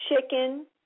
chicken